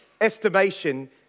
estimation